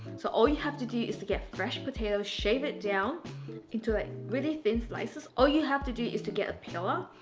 so all you have to do is to get fresh potatoes, shave it down into really thin slices all you have to do is to get a peeler,